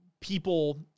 people